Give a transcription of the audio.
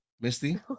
Misty